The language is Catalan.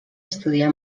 estudià